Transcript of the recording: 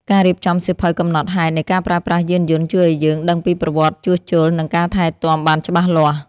ការរៀបចំសៀវភៅកំណត់ហេតុនៃការប្រើប្រាស់យានយន្តជួយឱ្យយើងដឹងពីប្រវត្តិជួសជុល និងការថែទាំបានច្បាស់លាស់។